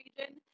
region